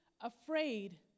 afraid